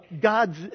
God's